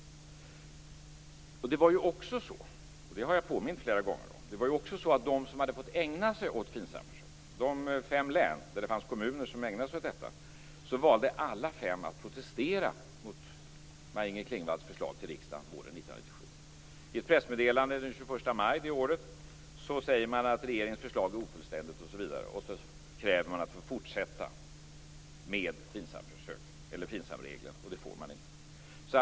Jag har också flera gånger påmint om att av de fem län där det fanns kommuner som fick ägna sig åt FINSAM-försöken valde alla fem att protestera mot 1997. I ett pressmeddelande den 21 maj det året sade man att regeringens förslag är ofullständigt osv. och kräver att få fortsätta med FINSAM-reglerna, men det får man inte.